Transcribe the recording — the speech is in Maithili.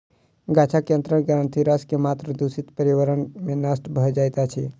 गाछक सयंत्र ग्रंथिरस के मात्रा दूषित पर्यावरण में नष्ट भ जाइत अछि